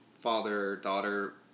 father-daughter